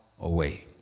away